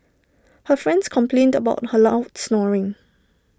her friends complained about her loud snoring